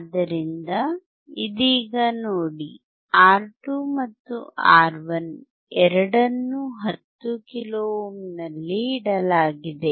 ಆದ್ದರಿಂದ ಇದೀಗ ನೋಡಿ R2 ಮತ್ತು R1 ಎರಡನ್ನೂ 10 ಕಿಲೋ ಓಮ್ ನಲ್ಲಿ ಇಡಲಾಗಿದೆ